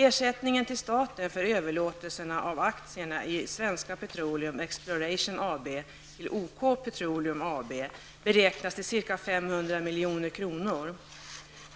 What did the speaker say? Ersättningen till staten för överlåtelsen av aktierna i Svenska Petroleum Exploration AB till OK Petroleum AB beräknas till ca 500 milj.kr.